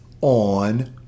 on